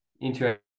interesting